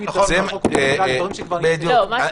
בדיוק.